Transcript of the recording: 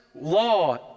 law